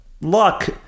Luck